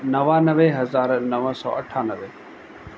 नवानवे हज़ार नव सौ अठानवे